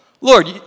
Lord